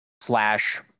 slash